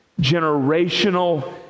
generational